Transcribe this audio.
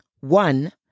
One